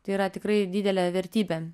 tai yra tikrai didelė vertybė